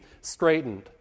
straightened